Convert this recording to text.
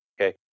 okay